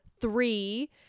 three